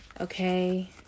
Okay